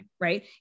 right